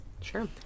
sure